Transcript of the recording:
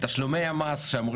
תודה רבה, אדוני היושב-ראש.